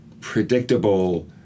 predictable